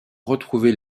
retrouver